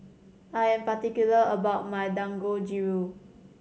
I'm particular about my Dangojiru